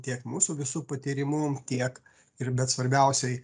tiek mūsų visų patyrimu tiek ir bet svarbiausiai